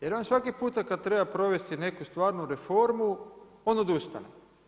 Jer on svaki puta kada treba provesti neku stvarnu reformu, on odustane.